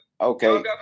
okay